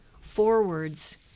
forwards